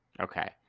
okay